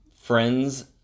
friends